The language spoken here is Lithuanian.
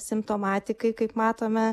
simptomatikai kaip matome